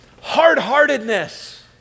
hard-heartedness